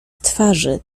twarzy